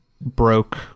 broke